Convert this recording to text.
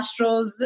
Astros